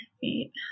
feet